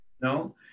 No